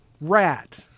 Rat